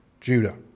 Judah